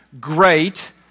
great